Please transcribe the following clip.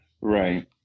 Right